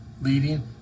leading